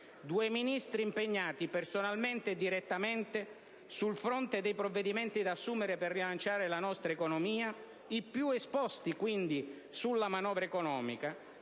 Due Ministri, impegnati personalmente e direttamente sul fronte dei provvedimenti da assumere per rilanciare la nostra economia, i più esposti quindi sulla manovra economica,